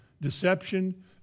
deception